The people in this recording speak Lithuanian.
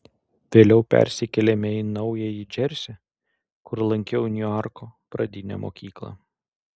vėliau persikėlėme į naująjį džersį kur lankiau niuarko pradinę mokyklą